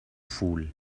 fool